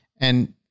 And-